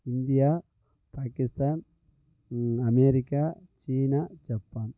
India Pakistan America China Japan